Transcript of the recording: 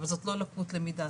אבל זאת לא לקות למידה.